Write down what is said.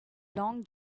long